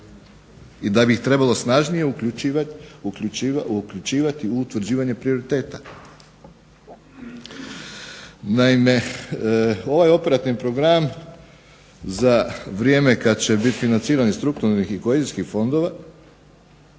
i da bi ih trebalo snažnije uključivati u utvrđivanje prioriteta. Naime, ovaj operativni program za vrijeme kada će biti financirani strukturni i kohezijski fondovi